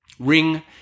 Ring